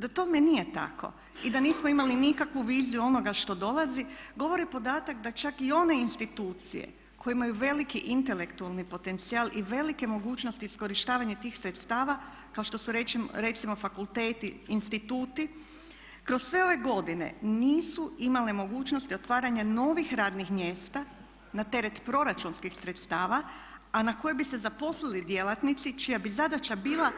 Da tome nije tako i da nismo imali nikakvu viziju onoga što dolazi govori podatak da čak i one institucije koje imaju veliki intelektualni potencijal i velike mogućnosti iskorištavanja tih sredstava kao što su recimo fakulteti, instituti, kroz sve ove godine nisu imale mogućnosti otvaranja novih radnih mjesta na teret proračunskih sredstava a na koje bi se zaposlili djelatnici čija bi zadaća bila